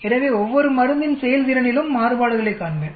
எனவே ஒவ்வொரு மருந்தின் செயல்திறனிலும் மாறுபாடுகளைக் காண்பேன்